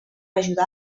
ajudar